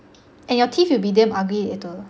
and your teeth will be damn ugly later